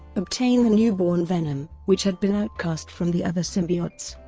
obtain the newborn venom, which had been outcast from the other symbiotes.